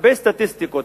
הרבה סטטיסטיקות,